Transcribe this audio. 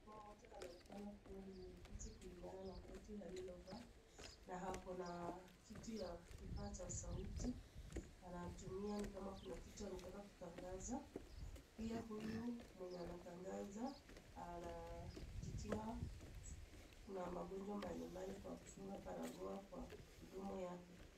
Mama mmoja anaonekana ni mwanafunzi kulingana na koti alilovaa na akona kitu ya kifaa cha sauti. Anatumia ni kaa kuna kitu anataka kutangaza. Pia huyu mwenye anatangaza anajikinga na magonjwa mbalimbali kwa kujifunga barakoa kwa mdomo yake.